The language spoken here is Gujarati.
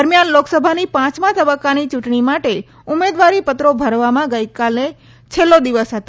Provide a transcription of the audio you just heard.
દરમિયાન લોકસભાની પાંચમા તબક્કાની ચૂંટણી માટે ઉમેદવારી પત્રો ભરવામાં ગઈકાલે છેલ્લો દિવસ હતો